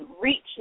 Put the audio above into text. reach